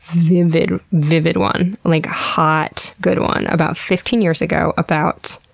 vivid, vivid one. like, hot, good one, about fifteen years ago, about